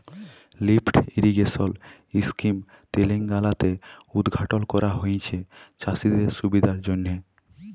lift irrigation scheme তেলেঙ্গালাতে উদঘাটল ক্যরা হঁয়েছে চাষীদের সুবিধার জ্যনহে